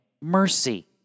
mercy